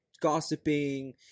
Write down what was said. gossiping